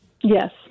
Yes